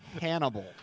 Hannibal